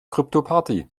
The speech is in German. kryptoparty